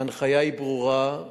ההנחיה היא ברורה,